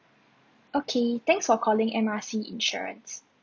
okay thanks for calling M R C insurance